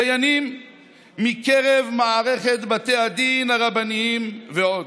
דיינים מקרב מערכת בתי הדין הרבניים ועוד.